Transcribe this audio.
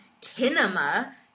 Kinema